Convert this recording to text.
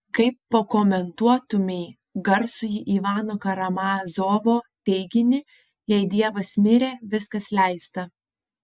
kaip pakomentuotumei garsųjį ivano karamazovo teiginį jei dievas mirė viskas leista